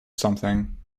something